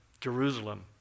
Jerusalem